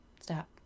Stop